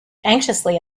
anxiously